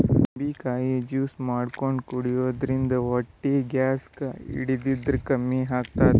ನಿಂಬಿಕಾಯಿ ಜ್ಯೂಸ್ ಮಾಡ್ಕೊಂಡ್ ಕುಡ್ಯದ್ರಿನ್ದ ಹೊಟ್ಟಿ ಗ್ಯಾಸ್ ಹಿಡದ್ರ್ ಕಮ್ಮಿ ಆತದ್